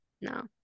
No